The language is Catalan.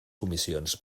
comissions